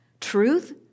Truth